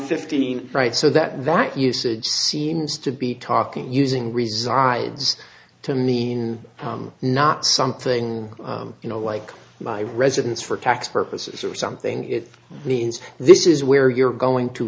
fifteen right so that that usage seems to be talking using resides to mean not something you know like my residence for tax purposes or something it means this is where you're going to